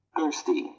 Thirsty